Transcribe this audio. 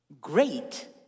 great